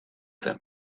zen